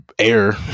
Air